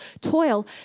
toil